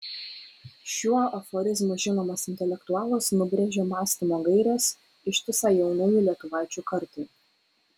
šiuo aforizmu žinomas intelektualas nubrėžė mąstymo gaires ištisai jaunųjų lietuvaičių kartai